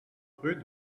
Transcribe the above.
rue